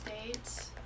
states